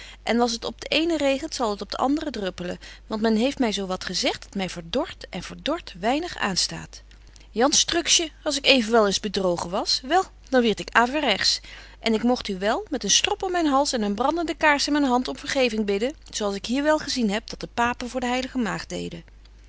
en als het op de eene regent zal het op de andere druppelen want men heeft my zo wat gezegt dat my verdort en verdort weinig aanstaat jan struksje als ik evenwel eens bedrogen was wel dan wierd ik averegts en ik mogt u wel met een strop om myn hals en een brandende kaars in myn hand om vergeving bidden zo als ik hier wel gezien heb dat de papen voor de heilige maagd deden